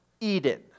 Eden